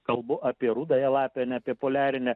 kalbu apie rudąją lapę ne apie poliarinę